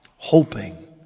hoping